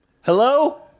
hello